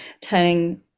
turning